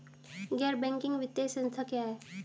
गैर बैंकिंग वित्तीय संस्था क्या है?